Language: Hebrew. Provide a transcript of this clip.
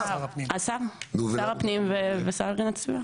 שר הפנים והשרה להגנת הסביבה.